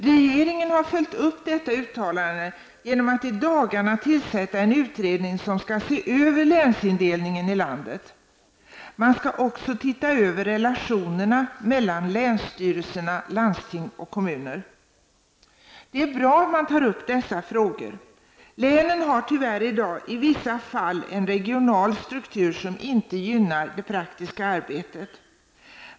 Regeringen har följt upp detta uttalande genom att i dagarna tillsätta en utredning som skall se över länsindelningen i landet. Man skall också studera relationerna mellan länsstyrelserna, landstingen och kommunerna. Det är bra att man tar upp dessa frågor. Länen har tyvärr i dag i vissa fall en regional struktur som inte gynnar det praktiska arbetet.